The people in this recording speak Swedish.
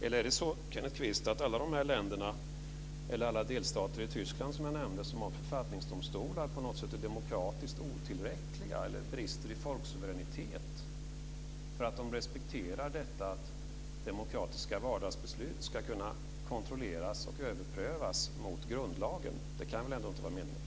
Eller är det så, Kenneth Kvist, att alla de länderna eller alla delstater i Tyskland, som jag nämnde, som har författningsdomstolar på något sätt är demokratiskt otillräckliga eller brister i folksuveränitet för att de respekterar att demokratiska vardagsbeslut ska kunna kontrolleras och överprövas mot grundlagen? Det kan väl ändå inte vara meningen.